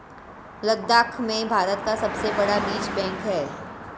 लद्दाख में भारत का सबसे बड़ा बीज बैंक है